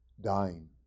dying